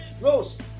Rose